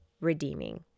redeeming